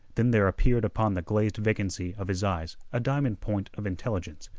then there appeared upon the glazed vacancy of his eyes a diamond point of intelligence.